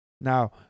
Now